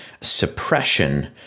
suppression